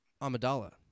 Amidala